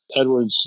Edward's